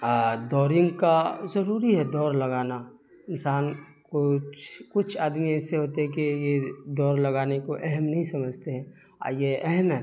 آ دوڑ کا ضروری ہے دوڑ لگانا انسان کچھ کچھ آدمی ایسے ہوتے ہیں کہ یہ دوڑ لگانے کو اہم نہیں سمجھتے ہیں آ یہ اہم ہے